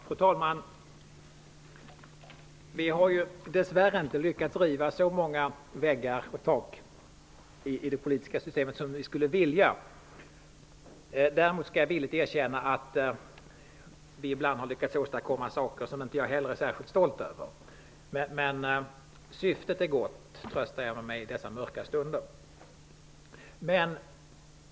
Fru talman! Vi har dess värre inte lyckats riva så många väggar och tak i det politiska systemet som vi skulle vilja. Däremot skall jag villigt erkänna att vi ibland har lyckats åstadkomma saker som inte jag heller är särskilt stolt över. Men i dessa mörka stunder tröstar jag mig med att syftet är gott.